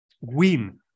win